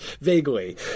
Vaguely